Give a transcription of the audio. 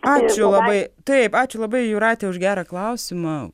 ačiū labai taip ačiū labai jūratei už gerą klausimą